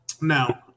Now